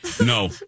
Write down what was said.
No